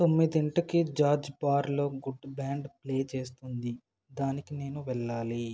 తొమ్మిదింటికి జాజ్ బార్లో good band play చేస్తుంది దానికి నేను వెళ్ళాలి